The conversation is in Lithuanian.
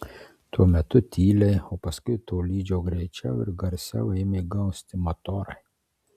tuo metu tyliai o paskui tolydžio greičiau ir garsiau ėmė gausti motorai